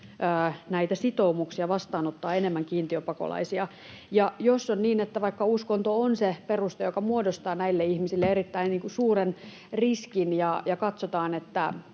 näitä sitoumuksia vastaanottaa enemmän kiintiöpakolaisia. Ja jos on niin, että vaikka uskonto on se peruste, joka muodostaa näille ihmisille erittäin suuren riskin, ja katsotaan, että